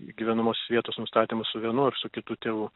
gyvenamosios vietos nustatymas su vienu ar su kitu tėvu